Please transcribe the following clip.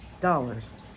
dollars